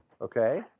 Okay